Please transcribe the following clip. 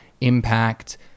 impact